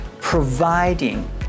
providing